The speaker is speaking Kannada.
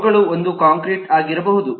ಅವುಗಳು ಒಂದು ಕಾಂಕ್ರೀಟ್ ಆಗಿರಬಹುದು